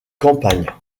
campagne